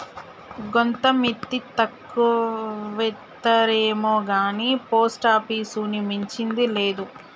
గోంత మిత్తి తక్కువిత్తరేమొగాని పోస్టాపీసుని మించింది లేదు